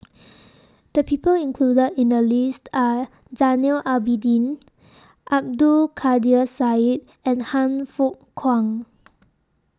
The People included in The list Are Zainal Abidin Abdul Kadir Syed and Han Fook Kwang